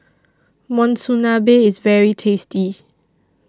Monsunabe IS very tasty